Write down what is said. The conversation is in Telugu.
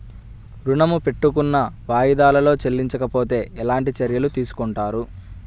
ఋణము పెట్టుకున్న వాయిదాలలో చెల్లించకపోతే ఎలాంటి చర్యలు తీసుకుంటారు?